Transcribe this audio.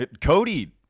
Cody